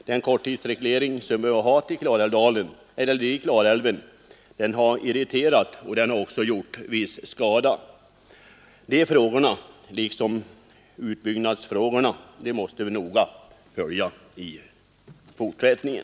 Den korttidsreglering som vi har haft i Klarälven har irriterat och också gjort viss skada. Den frågan liksom frågan om utbyggnad måste vi noga följa i fortsättningen.